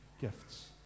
gifts